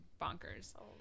bonkers